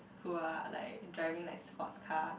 who are like driving like sports car